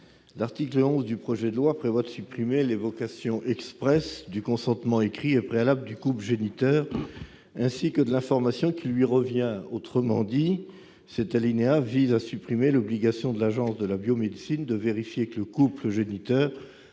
Legge. Le projet de loi tend à supprimer l'évocation expresse du consentement écrit et préalable du couple géniteur, ainsi que de l'information qui lui revient. Autrement dit, on supprime l'obligation faite à l'Agence de la biomédecine de vérifier que le couple géniteur